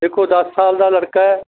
ਦੇਖੋ ਦਸ ਸਾਲ ਦਾ ਲੜਕਾ ਹੈ